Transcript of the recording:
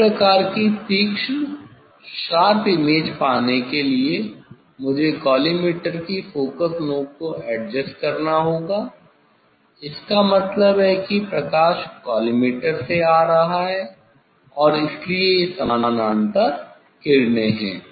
इस प्रकार की तीक्ष्ण इमेज पाने के लिए मुझे कॉलीमेटर की फोकस नॉब को एडजस्ट करना होगा इसका मतलब है कि प्रकाश कॉलीमेटर से आ रहा है इसलिए ये समानांतर किरणें है